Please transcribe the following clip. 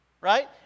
right